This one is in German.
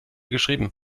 geschrieben